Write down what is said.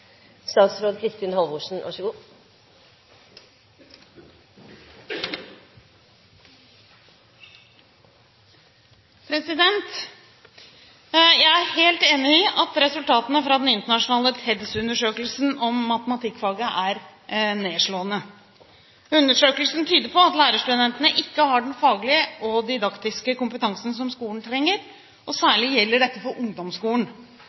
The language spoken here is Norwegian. Jeg er helt enig i at resultatene fra den internasjonale TEDS-undersøkelsen om matematikkfaget er nedslående. Undersøkelsen tyder på at lærerstudentene ikke har den faglige og didaktiske kompetansen som skolen trenger, og særlig gjelder dette for ungdomsskolen.